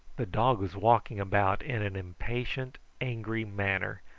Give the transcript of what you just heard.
the dog was walking about in an impatient angry manner,